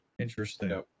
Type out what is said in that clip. Interesting